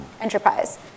enterprise